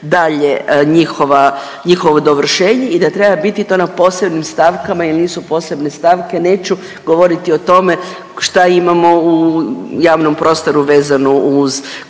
njihovo dovršenje i da treba biti to na posebnim stavkama jel nisu posebne stavke, neću govoriti o tome šta imamo u javnom prostoru vezano uz